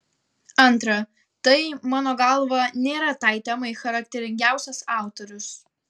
antra tai mano galva nėra tai temai charakteringiausias autorius